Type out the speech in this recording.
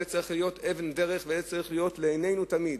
זאת צריכה להיות אבן דרך וזה צריך להיות לנגד עינינו תמיד.